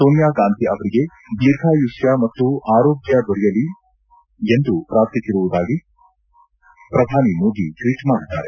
ಸೋನಿಯಾ ಗಾಂಧಿ ಅವರಿಗೆ ದೀರ್ಘಾಯುಷ್ಟ ಮತ್ತು ಆರೋಗ್ಟ ದೊರೆಯಲಿದೆ ಎಂದು ಪ್ರಾರ್ಥಿಸಿರುವುದಾಗಿ ಪ್ರಧಾನಿ ಮೋದಿ ಟ್ವೀಟ್ ಮಾಡಿದ್ದಾರೆ